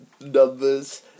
numbers